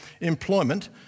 employment